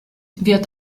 wird